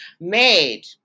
made